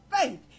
faith